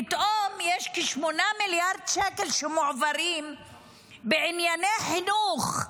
פתאום יש כ-8 מיליארד שקלים שמועברים בענייני חינוך.